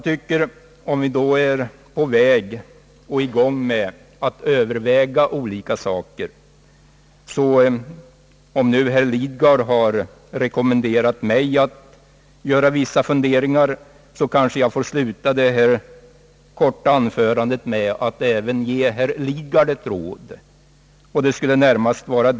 Om vi då överväger olika frågor tycker jag att när nu herr Lidgard har rekommenderat mig att göra vissa funderingar kanske jag får sluta detta korta anförande med att även ge herr Lidgard ett råd.